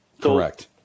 Correct